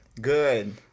Good